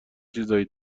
چیزای